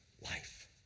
life